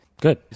Good